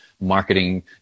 marketing